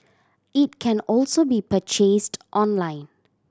it can also be purchased online